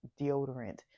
deodorant